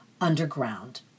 underground